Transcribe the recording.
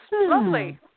lovely